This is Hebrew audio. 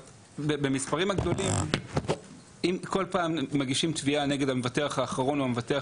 במספרים הגדולים אם כל פעם מגישים תביעה נגד המבטח האחרון או המבטח